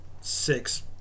six